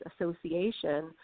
association